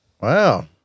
Wow